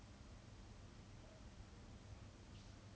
yes I saw that what are your thoughts ah